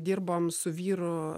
dirbom su vyru